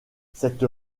cette